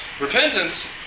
Repentance